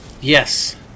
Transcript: Yes